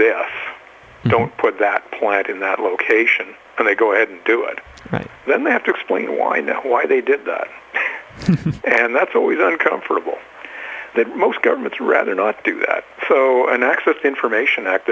that don't put that plant in that location and they go ahead and do it right then they have to explain why now why they did that and that's always uncomfortable that most governments rather not do that so the next best information act